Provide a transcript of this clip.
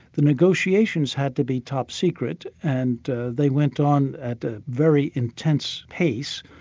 the negotiations had to be top secret, and they went on at a very intense pace,